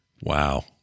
wow